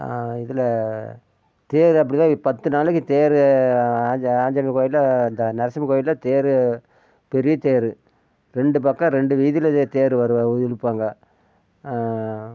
இதில் தேர் அப்படிதான் பத்து நாளைக்கு தேர் ஆஞ்ச ஆஞ்சநேயர் கோயில்ல இந்த நரசிம்மன் கோயில்ல தேர் பெரியத்தேர் ரெண்டு பக்கம் ரெண்டு வீதியில தேர் வரும் இழுப்பாங்க